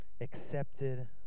accepted